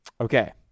okay